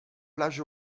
plages